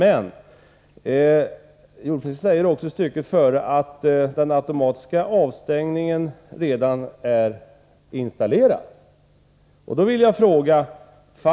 Men jordbruksministern säger också i stycket före att den automatiska avstängningen redan är installerad.